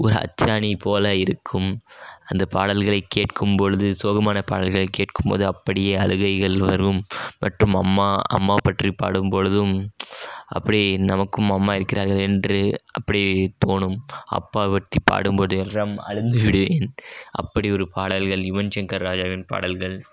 ஒரு அச்சாணியை போல் இருக்கும் அந்த பாடல்களை கேட்கும் பொழுது சோகமான பாடல்களை கேட்கும்பொழுது சோகமான பாடல்களை கேட்கும் பொழுது அப்படியே அழுகைகள் வரும் மற்றும் அம்மா பற்றி பாடும் பொழுதும் அப்படியே நமக்கும் அம்மா இருக்கிறார்கள் என்று அப்படியே தோணும் அப்பா பற்றி பாடும்போது என்று அழுது விடுவேன் அப்படி ஒரு பாடல்கள் யுவன் சங்கர் ராஜாவின் பாடல்கள்